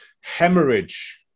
hemorrhage